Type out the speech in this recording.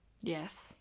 Yes